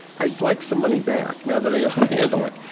i'd like some money back, now that i know how to handle it.